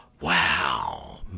wow